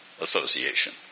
Association